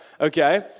Okay